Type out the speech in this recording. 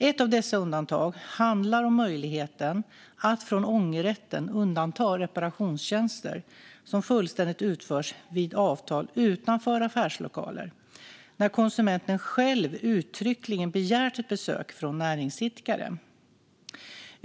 Ett av dessa undantag handlar om möjligheten att från ångerrätten undanta reparationstjänster som fullständigt utförts vid avtal utanför affärslokaler när konsumenten själv uttryckligen begärt ett besök från näringsidkaren.